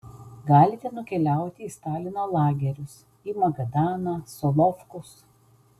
galite nukeliauti į stalino lagerius į magadaną solovkus